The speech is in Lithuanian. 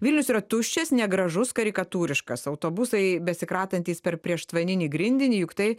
vilnius yra tuščias negražus karikatūriškas autobusai besikratantys per prieštvaninį grindinį juk tai